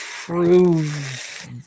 prove